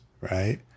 right